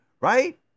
right